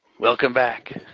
welcome back.